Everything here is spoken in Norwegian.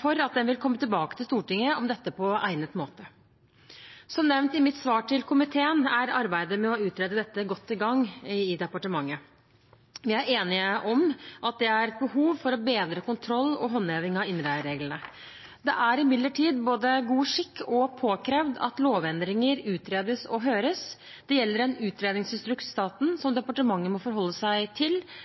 for at en vil komme tilbake til Stortinget om dette på egnet måte. Som nevnt i mitt svar til komiteen, er arbeidet med å utrede dette godt i gang i departementet. Vi er enige om at det er et behov for å bedre kontroll og håndheving av innleiereglene. Det er imidlertid både god skikk og påkrevd at lovendringer utredes og høres. Det gjelder en utredningsinstruks for staten som departementet må forholde seg til